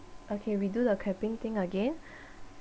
okay we do the clapping thing again